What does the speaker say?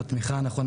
עם התמיכה הנכונה,